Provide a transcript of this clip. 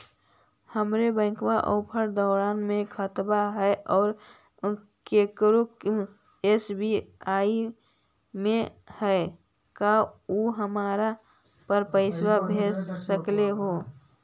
हमर bank of Baroda में खाता है और केकरो एस.बी.आई में है का उ हमरा पर पैसा भेज सकले हे?